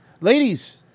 Ladies